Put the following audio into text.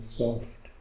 soft